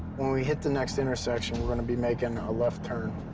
when we hit the next intersection, we're gonna be making a left turn.